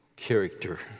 character